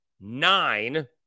nine